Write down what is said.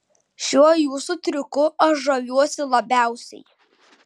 šiuo jūsų triuku aš žaviuosi labiausiai